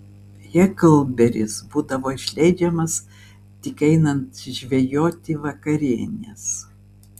heklberis būdavo išleidžiamas tik einant žvejoti vakarienės